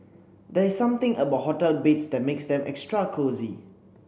there is something about hotel beds that makes them extra cosy